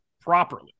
properly